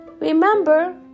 remember